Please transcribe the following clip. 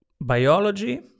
biology